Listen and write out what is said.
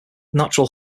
natural